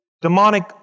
demonic